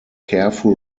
careful